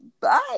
bye